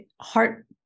heart